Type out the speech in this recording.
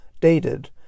dated